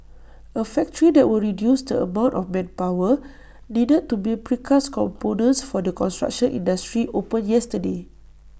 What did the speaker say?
A factory that will reduce the amount of manpower needed to build precast components for the construction industry opened yesterday